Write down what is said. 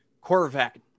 Corvette